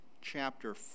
chapter